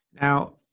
Now